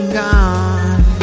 gone